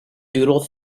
doodle